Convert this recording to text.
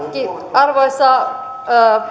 arvoisa